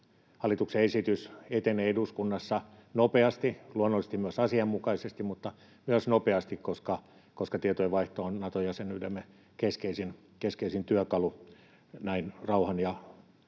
hallituksen esitys etenee eduskunnassa nopeasti — luonnollisesti myös asianmukaisesti mutta myös nopeasti — koska tietojenvaihto on Nato-jäsenyytemme keskeisin työkalu näin rauhan